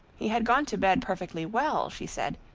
he had gone to bed perfectly well, she said,